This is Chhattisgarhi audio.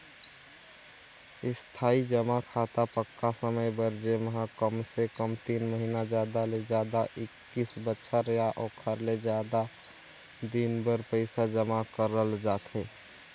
इस्थाई जमा खाता पक्का समय बर जेम्हा कमसे कम तीन महिना जादा ले जादा एक्कीस बछर या ओखर ले जादा दिन बर पइसा जमा करल जाथे